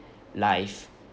live